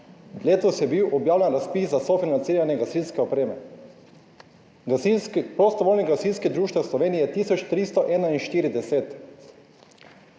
Letos je bil objavljen razpis za sofinanciranje gasilske opreme. Prostovoljnih gasilskih društev v Sloveniji je tisoč